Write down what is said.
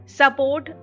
support